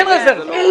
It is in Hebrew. אין רזרבה.